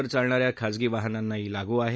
वर चालणाऱ्या खाजगी वाहनातीही लागू आहे